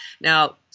Now